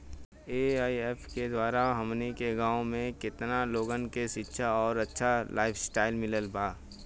AIF के द्वारा हमनी के गांव में केतना लोगन के शिक्षा और अच्छा लाइफस्टाइल मिलल बा